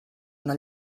una